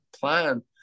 plan